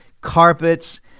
carpets